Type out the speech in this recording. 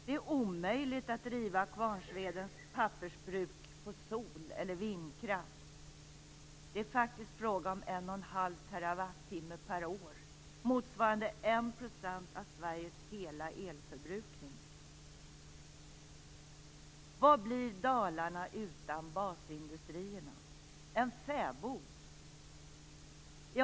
Det är omöjligt att driva Kvarnsvedens pappersbruk på sol eller vindkraft. Det är faktiskt fråga om 1 1⁄2 Twh per år. Det motsvarar 1 % av Sveriges hela elförbrukning. Vad blir Dalarna utan basindustrierna?